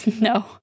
No